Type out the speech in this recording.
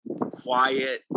quiet